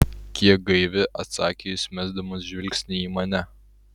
kiek gaivi atsakė jis mesdamas žvilgsnį į mane